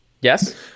Yes